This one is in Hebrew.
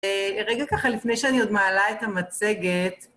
רגע ככה, לפני שאני עוד מעלה את המצגת.